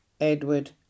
Edward